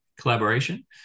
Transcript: collaboration